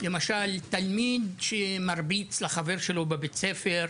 למשל - תלמיד שמרביץ לחברו בבית הספר,